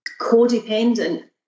codependent